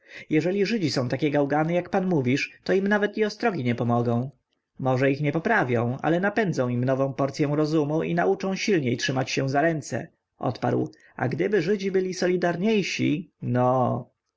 jeżeli żydzi są takie gałgany jak pan mówisz to im nawet i ostrogi nie pomogą może ich nie poprawią ale napędzą im nową porcyą rozumu i nauczą silniej trzymać się za ręce odparł a gdyby żydzi byli solidarniejsi no